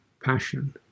passion